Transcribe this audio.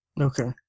Okay